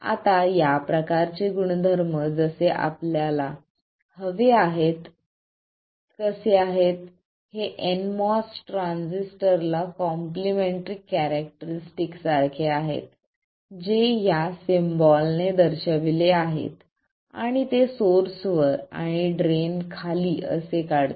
आता या प्रकारचे गुणधर्म जसे आपल्याला हवे आहेत कसे आहेत हे nMOS ट्रान्झिस्टर ला कॉम्प्लिमेंटरी कॅरेक्टरस्टिक्स सारखे आहेत जे या सिम्बॉल ने दर्शविले आहेत आणि ते सोर्स वर आणि ड्रेन खाली असे काढतो